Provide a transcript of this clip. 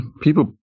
people